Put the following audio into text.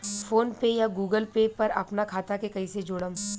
PhonePe या Google Pay पर अपना खाता के कईसे जोड़म?